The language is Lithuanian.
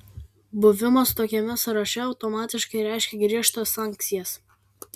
buvimas tokiame sąraše automatiškai reiškia griežtas sankcijas